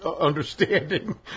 understanding